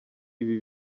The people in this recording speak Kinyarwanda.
ibi